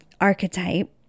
archetype